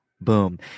boom